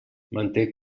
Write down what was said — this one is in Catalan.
manté